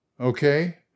okay